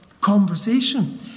conversation